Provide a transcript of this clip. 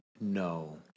no